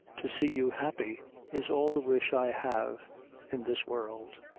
to see you happy is all the wish i have in this world.